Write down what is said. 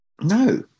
No